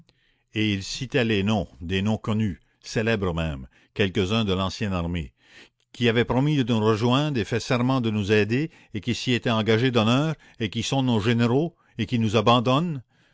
les noms des noms connus célèbres même quelques-uns de l'ancienne armée qui avaient promis de nous rejoindre et fait serment de nous aider et qui s'y étaient engagés d'honneur et qui sont nos généraux et qui nous abandonnent